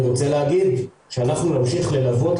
אני רוצה להגיד שאנחנו נמשיך ללוות,